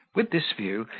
with this view,